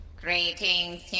Greetings